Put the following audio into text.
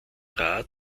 rad